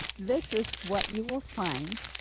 this is what you will find.